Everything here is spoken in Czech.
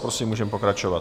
Prosím, můžeme pokračovat.